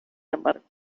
embargo